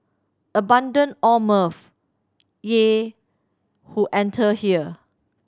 abandon all mirth ye who enter here